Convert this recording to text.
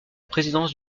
présidence